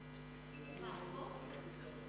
היום יום שני,